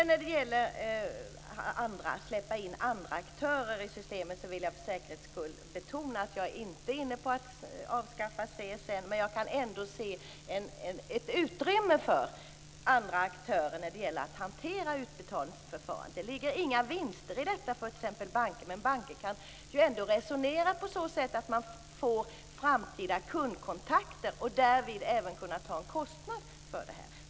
När det gäller att släppa in andra aktörer i systemet vill jag för säkerhets skull betona att jag inte är inne på att avskaffa CSN. Men jag kan ändå se ett utrymme för andra aktörer när det gäller att hantera utbetalningsförfarandet. Det ligger inga vinster i detta för t.ex. banker. Men banker kan ju ändå resonera på så sätt att man får framtida kundkontakter och därvid även kan ta ut en avgift.